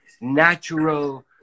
natural